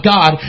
God